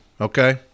Okay